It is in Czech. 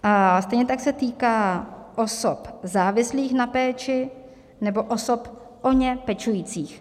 A stejně tak se týká osob závislých na péči nebo osob o ně pečujících.